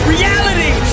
Reality